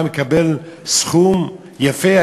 היה מקבל סכום יפה,